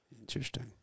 Interesting